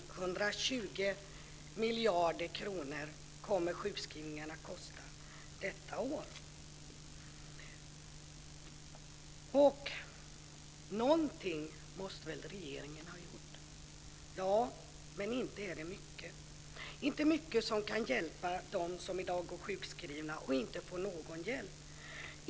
120 miljarder kronor kommer sjukskrivningarna att kosta detta år. Någonting måste väl regeringen ha gjort? Ja, men inte är det mycket - inte mycket som kan hjälpa dem som i dag går sjukskrivna och inte får någon hjälp.